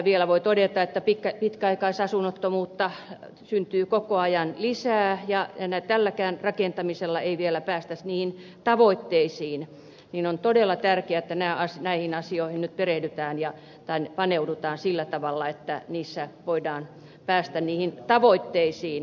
vielä voi todeta että pitkäaikaisasunnottomuutta syntyy koko ajan lisää ja tälläkään rakentamisella ei vielä päästä niihin tavoitteisiin joten on todella tärkeää että näihin asioihin nyt paneudutaan sillä tavalla että niissä voidaan päästä tavoitteisiin